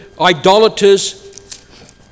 idolaters